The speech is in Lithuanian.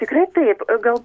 tikrai taip gal